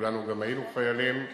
כולנו היינו חיילים,